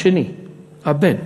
השני, הבן.